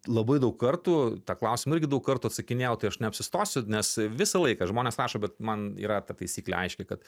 labai daug kartų į tą klausimą irgi daug kartų atsakinėjau tai aš neapsistosiu nes visą laiką žmonės rašo bet man yra taisyklė aiški kad